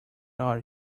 are